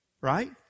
right